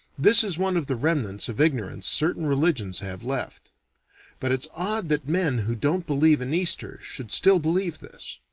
this is one of the remnants of ignorance certain religions have left but it's odd that men who don't believe in easter should still believe this.